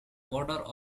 borders